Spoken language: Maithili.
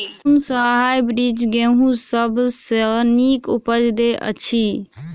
कुन सँ हायब्रिडस गेंहूँ सब सँ नीक उपज देय अछि?